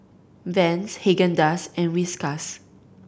Vans Haagen Dazs and Whiskas